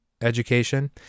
education